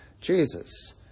Jesus